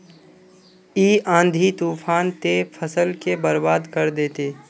इ आँधी तूफान ते फसल के बर्बाद कर देते?